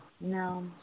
No